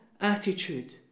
attitude